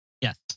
Yes